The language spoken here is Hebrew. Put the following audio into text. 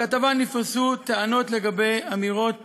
בכתבה נפרסו טענות לגבי אמירות